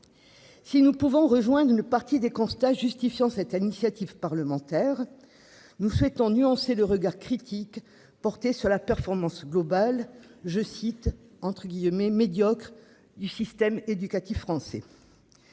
Si nous pouvons rejoindre une partie des constats justifiant cette initiative parlementaire. Nous souhaitons nuancé le regard critique porté sur la performance globale je cite entre guillemets médiocre du système éducatif français.